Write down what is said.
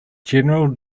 general